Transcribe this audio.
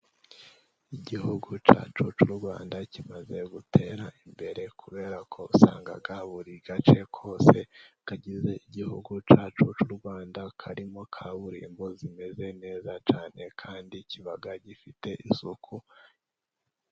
Igihugu cyacu cy'u Rwanda kimaze gutera imbere, kubera ko usanga buri gace kose kagize igihugu cyacu cy'u Rwanda karimo kaburimbo zimeze neza cyane, kandi kiba gifite isuku.